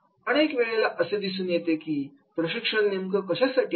अनेक वेळेला असं दिसून येतं की प्रशिक्षण नेमकं कशासाठी आहे